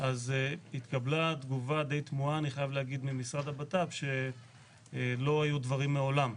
התקבלה תגובה די תמוהה ממשרד הבט"פ שלא היו דברים מעולם.